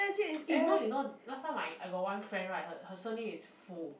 eh you know you know last time my I got one friend right her her surname is foo